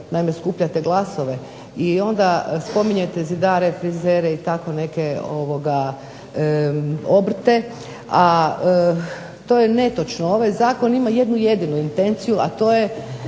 naime skupljate glasove i onda spominjete zidare, frizere i tako neke obrte, a to je netočno. Ovaj zakon ima jednu jedinu intenciju, a to je